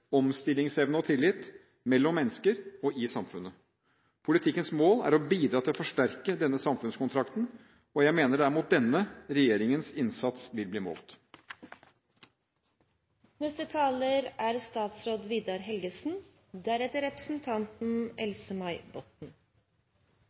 omstillingsevne og tillit mellom mennesker og i samfunnet. Politikkens mål er å bidra til å forsterke denne samfunnskontrakten, og jeg mener det er mot denne regjeringens innsats vil bli